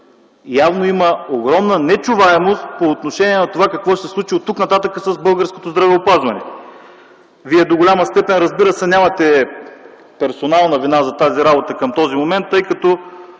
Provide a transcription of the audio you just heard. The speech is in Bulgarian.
явно има огромна нечуваемост по отношение на това какво се случва оттук нататък с българското здравеопазване. Вие до голяма степен разбира се нямате персонална вина за тази работа към този момент, тъй като